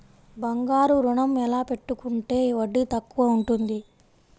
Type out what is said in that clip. బంగారు ఋణం ఎలా పెట్టుకుంటే వడ్డీ తక్కువ ఉంటుంది?